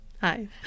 Hi